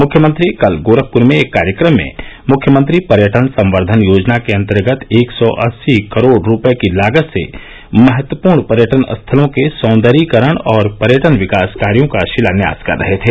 मुख्यमंत्री कल गोरखपुर में एक कार्यक्रम में मुख्यमंत्री पर्यटन संर्क्षन योजना के अंतर्गत एक सौ अस्सी करोड़ रूपए लागत से महत्वपूर्ण पर्यटन स्थलों के साँदर्यीकरण और पर्यटन विकास कार्यों का शिलान्यास कर रहे थे